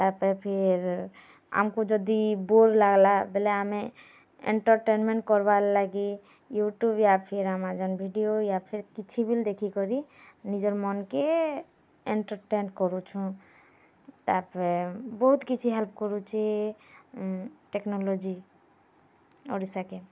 ତାପରେ ଫିର୍ ଆମ୍କୁ ଯଦି ବୋର୍ ଲାଗ୍ଲା ବେଲେ ଆମେ ଏଣ୍ଟରଟେରମେଣ୍ଟ୍ କର୍ବାର୍ ଲାଗି ୟୁଟ୍ୟୁବ୍ ୟା ଫିର୍ ଆମାଜାନ୍ ଭିଡ଼ିଓ ୟା ଫିର୍ କିଛି ବିଲ୍ ଦେଖିକରି ନିଜର୍ ମନ୍କେ ଏଣ୍ଟରଟେଣ୍ଟ୍ କରୁଛୁ ତାପରେ ବହୁତ୍ କିଛି ହେଲ୍ପ କରୁଛି ଟେକ୍ନୋଲୋଜି ଓଡ଼ିଶାକେ